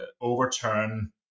overturn